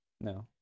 No